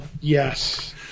Yes